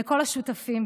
לכל השותפים,